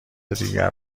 دیگر